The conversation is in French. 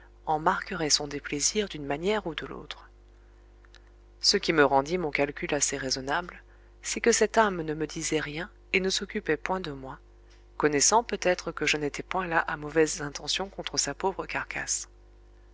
en marquerait son déplaisir d'une manière ou de l'autre ce qui me rendit mon calcul assez raisonnable c'est que cette âme ne me disait rien et ne s'occupait point de moi connaissant peut-être que je n'étais point là à mauvaises intentions contre sa pauvre carcasse